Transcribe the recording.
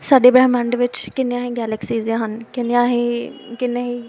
ਸਾਡੇ ਬ੍ਰਹਿਮੰਡ ਵਿੱਚ ਕਿੰਨੀਆਂ ਹੀ ਗੈਲੈਕਸੀਜ ਹਨ ਕਿੰਨੀਆਂ ਹੀ ਕਿੰਨੇ ਹੀ